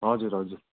हजुर हजुर